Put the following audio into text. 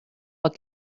but